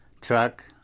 truck